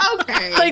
okay